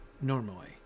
normally